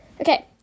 Okay